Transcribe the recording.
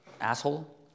asshole